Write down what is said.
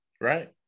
right